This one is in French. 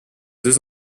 deux